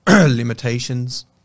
limitations